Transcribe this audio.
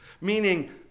Meaning